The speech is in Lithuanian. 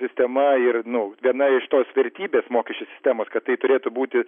sistema ir nu viena iš tos vertybės mokesčių sistemos kad tai turėtų būti